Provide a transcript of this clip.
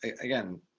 again